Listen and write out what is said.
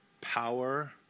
power